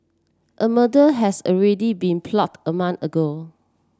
a murder has already been plotted a month ago